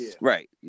Right